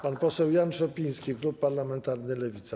Pan poseł Jan Szopiński, klub parlamentarny Lewica.